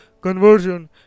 conversion